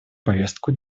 повестку